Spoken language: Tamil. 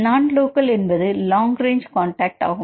நான் லோக்கல் என்பது லாங் ரேஞ்சு கான்டக்ட் ஆகும்